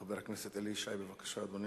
חבר הכנסת אלי ישי, בבקשה, אדוני.